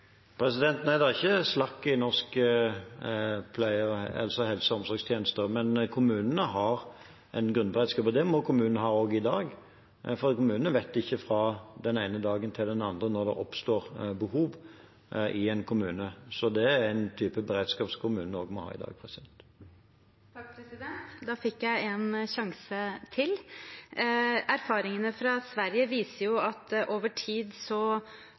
Nei, det er ikke slakk i norske helse- og omsorgstjenester, men kommunene har en grunnberedskap. Det må kommunene ha også i dag, for kommunene vet ikke fra den ene dagen til den andre når det oppstår behov i en kommune. Så det er en type beredskap som kommunene må ha også i dag. Da fikk jeg en sjanse til: Erfaringene fra Sverige viser at man over tid